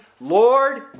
Lord